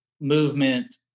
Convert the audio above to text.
movement